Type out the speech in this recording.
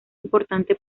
importante